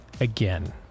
again